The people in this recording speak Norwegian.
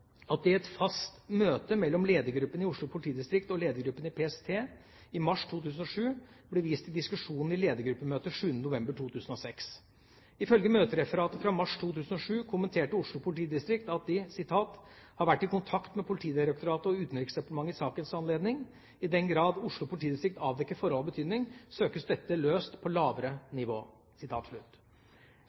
at det i et fast møte mellom ledergruppen i Oslo politidistrikt og ledergruppen i PST i mars 2007 ble vist til diskusjonen i ledergruppemøtet 7. november 2006. Ifølge møtereferatet fra mars 2007 kommenterte Oslo politidistrikt at de «har vært i kontakt med Politidirektoratet og Utenriksdepartementet i sakens anledning. I den grad Oslo politidistrikt avdekker forhold av betydning, søkes dette løst på lavere nivå».